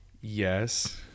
Yes